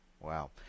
wow